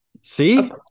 See